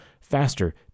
faster